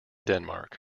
denmark